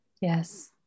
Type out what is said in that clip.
Yes